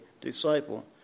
disciple